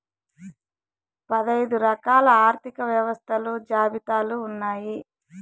పదైదు రకాల ఆర్థిక వ్యవస్థలు జాబితాలు ఉన్నాయి